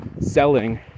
selling